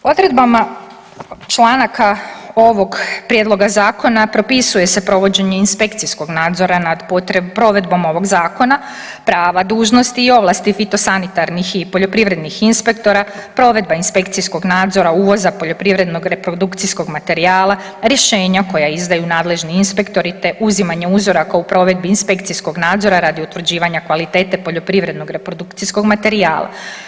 Odredbama članaka ovog prijedloga zakona propisuje se provođenje inspekcijskog nadzora nad potrebom provedbe ovog zakona, prava, dužnosti i ovlasti fitosanitarnih i poljoprivrednih inspektora, provedba inspekcijskog nadzora, uvoza poljoprivrednog reprodukcijskog materijala, rješenja koja izdaju nadležni inspektori, te uzimanje uzoraka u provedbi inspekcijskog nadzora radi utvrđivanja kvalitete poljoprivrednog reprodukcijskog materijala.